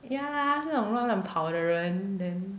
ya 她是那种乱乱跑的人 then